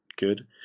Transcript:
good